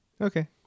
Okay